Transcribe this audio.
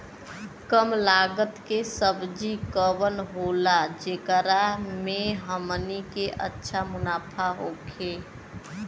कम लागत के सब्जी कवन होला जेकरा में हमनी के अच्छा मुनाफा होखे?